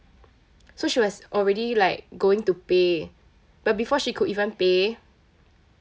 so she was already like going to pay but before she could even pay